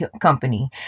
company